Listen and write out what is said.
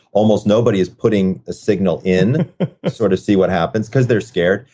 almost nobody is putting a signal in to sort of see what happens, because they're scared.